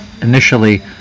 initially